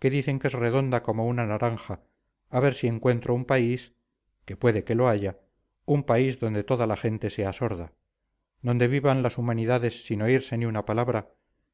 que dicen que es redonda como una naranja a ver si encuentro un país que puede que lo haya un país donde toda la gente sea sorda donde vivan las humanidades sin oírse ni una palabra